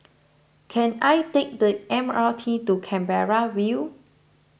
can I take the M R T to Canberra View